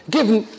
Given